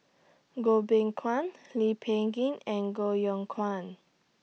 Goh Beng Kwan Lee Peh Gee and Koh Yong Guan